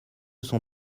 son